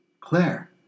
Claire